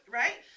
right